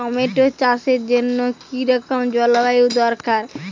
Tomato চাষের জন্য কি রকম জলবায়ু দরকার?